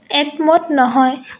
একমত নহয়